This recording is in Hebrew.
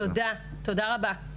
תודה רבה.